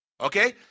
Okay